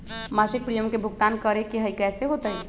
मासिक प्रीमियम के भुगतान करे के हई कैसे होतई?